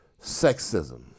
sexism